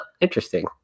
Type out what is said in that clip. interesting